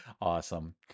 Awesome